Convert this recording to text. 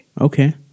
Okay